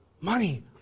Money